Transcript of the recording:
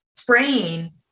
spraying